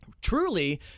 Truly